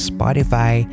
Spotify